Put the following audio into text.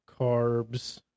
carbs